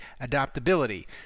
adaptability